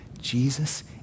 Jesus